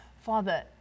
Father